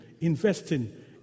investing